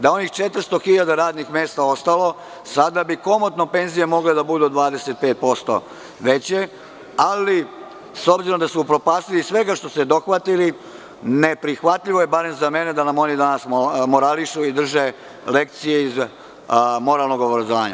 Da je onih 400.000 radnih mesta ostalo, sada bi komotno penzije mogle da budu 25% veće, ali s obzirom da su upropastili sve čega su se dohvatili, neprihvatljivo je, barem za mene, da nam oni danas morališu i drže lekcije iz moralnog obrazovanja.